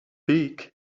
beak